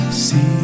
see